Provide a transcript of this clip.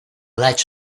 latch